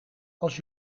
als